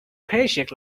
paycheck